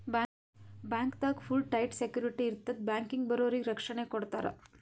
ಬ್ಯಾಂಕ್ದಾಗ್ full tight security ಇರ್ತದ್ ಬ್ಯಾಂಕಿಗ್ ಬರೋರಿಗ್ ರಕ್ಷಣೆ ಕೊಡ್ತಾರ